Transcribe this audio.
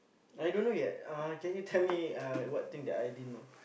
I don't know yet uh can you tell me uh what thing that I didn't know